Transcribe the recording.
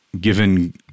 given